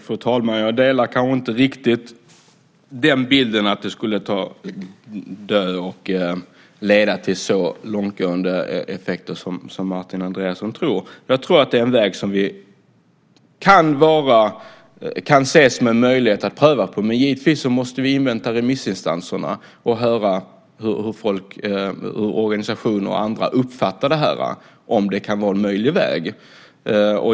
Fru talman! Jag instämmer kanske inte riktigt i bilden av att det skulle leda till döden eller så långtgående effekter som Martin Andreasson tror. Jag tror att det är en väg som kan ses som möjlig att pröva på. Givetvis måste vi dock invänta remissinstanserna och höra hur organisationer och andra uppfattar detta, om det kan vara en möjlig väg.